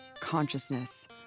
consciousness